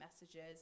messages